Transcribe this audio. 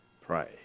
pray